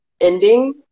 ending